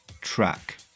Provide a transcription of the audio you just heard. track